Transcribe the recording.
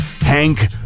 Hank